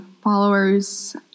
followers